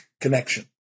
Connection